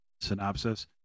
synopsis